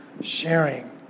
sharing